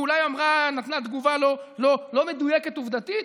ואולי היא נתנה תגובה לא מדויקת עובדתית.